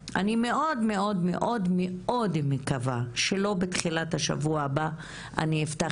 ואני מאוד מאוד מקווה שלא יקרה מצב שבתחילת השבוע הבא אני אפתח